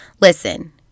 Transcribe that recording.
listen